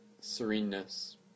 sereneness